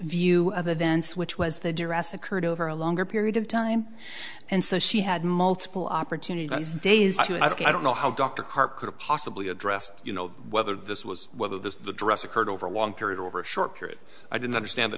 view of events which was the dress occurred over a longer period of time and so she had multiple opportunities days i don't know how dr karp could have possibly addressed you know whether this was whether this dress occurred over a long period over a short period i didn't understand th